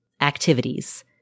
activities